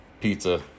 pizza